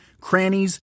crannies